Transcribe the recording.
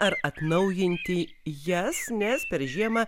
ar atnaujinti jas nes per žiemą